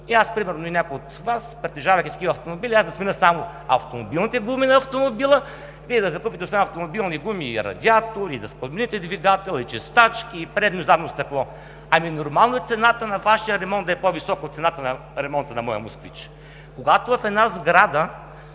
г., и примерно аз или някой от Вас, притежавайки такива автомобили, аз да сменя само автомобилните гуми на автомобила, Вие да закупите автомобилни гуми и радиатори, да си подмените двигателя и чистачките, предно и задно стъкло. Нормално е цената на Вашия ремонт да е по-висока от цената на ремонта на моя „Москвич“. Когато в една сграда